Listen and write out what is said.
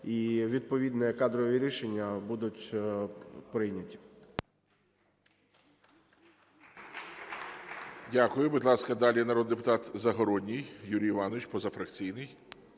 і відповідні кадрові рішення будуть прийняті.